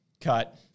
cut